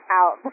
out